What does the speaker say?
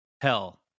Hell